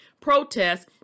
protests